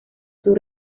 sus